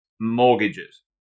mortgages